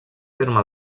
terme